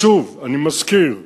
שוב, אני מזכיר,